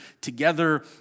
together